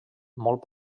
molt